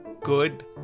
good